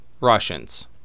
Russians